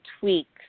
tweaks